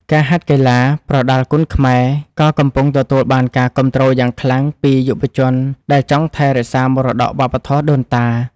ការហាត់កីឡាប្រដាល់គុនខ្មែរក៏កំពុងទទួលបានការគាំទ្រយ៉ាងខ្លាំងពីយុវជនដែលចង់ថែរក្សាមរតកវប្បធម៌ដូនតា។